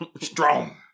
Strong